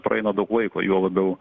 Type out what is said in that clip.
praeina daug laiko juo labiau